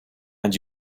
and